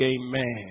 amen